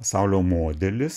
pasaulio modelis